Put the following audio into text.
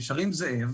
הם נשארים זאב.